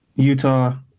Utah